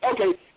Okay